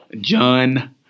John